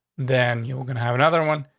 then you're gonna have another one,